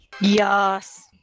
Yes